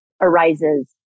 arises